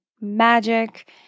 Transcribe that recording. magic